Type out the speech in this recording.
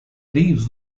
leaves